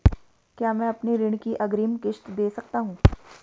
क्या मैं अपनी ऋण की अग्रिम किश्त दें सकता हूँ?